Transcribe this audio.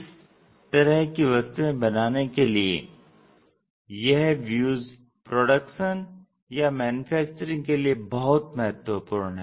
इस तरह की वस्तुएं बनाने के लिए यह व्यूज प्रोडक्शन या मैन्युफैक्चरिंग के लिए बहुत महत्वपूर्ण है